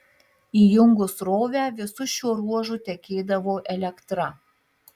įjungus srovę visu šiuo ruožu tekėdavo elektra